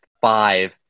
five